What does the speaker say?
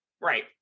Right